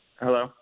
Hello